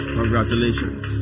congratulations